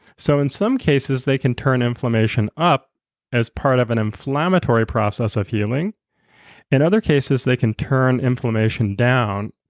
so in some cases they can turn inflammation up as part of an inflammatory process of healing and other cases they can turn inflammation down.